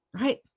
right